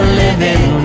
living